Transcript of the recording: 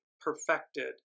perfected